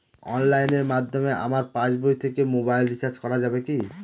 অনলাইনের মাধ্যমে আমার পাসবই থেকে মোবাইল রিচার্জ করা যাবে কি?